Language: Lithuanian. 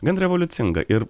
gan revoliucinga ir